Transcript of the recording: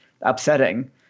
upsetting